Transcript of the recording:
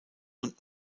und